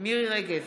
מירי מרים רגב,